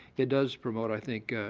it does promote, i think,